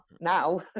now